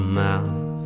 mouth